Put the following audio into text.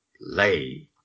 lay